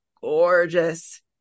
gorgeous